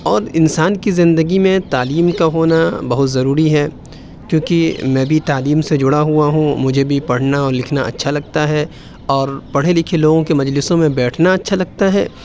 اور انسان کی زندگی میں تعلیم کا ہونا بہت ضروری ہے کیونکہ میں بھی تعلیم سے جڑا ہوا ہوں مجھے بھی پڑھنا اور لکھنا اچھا لگتا ہے اور پڑھے لکھے لوگوں کے مجلسوں میں بیٹھنا اچھا لگتا ہے